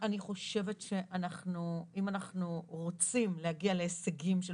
אני חושבת שאם אנחנו רוצים להגיע להשגים של